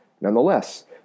Nonetheless